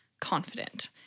confident